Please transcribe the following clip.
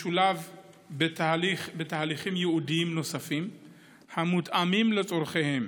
ישולבו בתהליכים ייעודיים נוספים המותאמים לצורכיהם.